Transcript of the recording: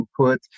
input